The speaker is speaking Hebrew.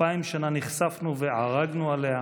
אלפיים שנה נכספנו וערגנו אליה,